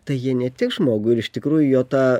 tai jie netiks žmogui ir iš tikrųjų jo ta